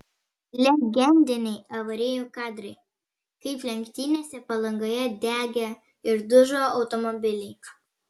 legendiniai avarijų kadrai kaip lenktynėse palangoje degė ir dužo automobiliai